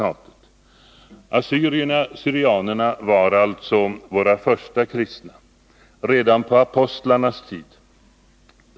Assyrierna/syrianerna var alltså våra första kristna — redan på apostlarnas tid.